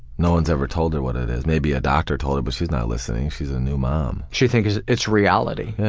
no one's ever told her what it is. maybe a doctor told her but she's not listening, she's a new mom. she thinks it's reality. yeah,